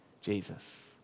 Jesus